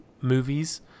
movies